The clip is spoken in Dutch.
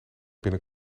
gaat